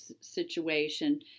situation